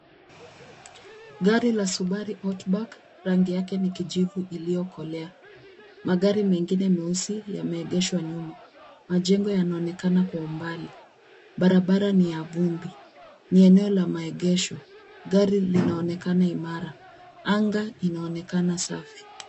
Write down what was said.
Gari la subaru outback. Rangi yake ni kijivu iliyokolea. Magari mengine meusi yameegeshwa nyuma. Majengo yanaonekana kwa umbali. Barabara ni ya vumbi. Ni eneo la maegesho. Gari linaonekana imara. Anga inaonekana safi.